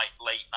late